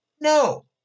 No